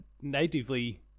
natively